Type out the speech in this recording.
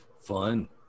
fun